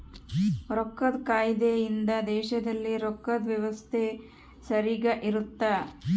ರೊಕ್ಕದ್ ಕಾಯ್ದೆ ಇಂದ ದೇಶದಲ್ಲಿ ರೊಕ್ಕದ್ ವ್ಯವಸ್ತೆ ಸರಿಗ ಇರುತ್ತ